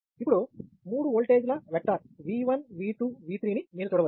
ఇప్పుడు మూడు ఓల్టేజ్ ల వెక్టర్ V1 V2 V3 ని మీరు చూడవచ్చు